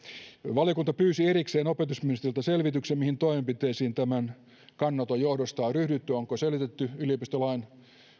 valiokunta pyysi erikseen opetusministeriltä selvityksen mihin toimenpiteisiin tämän kannanoton johdosta on ryhdytty onko selvitetty yliopistolain